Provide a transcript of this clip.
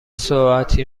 ساعتی